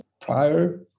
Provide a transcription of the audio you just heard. prior